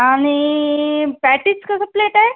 आणि पॅटीस कसं प्लेट आहे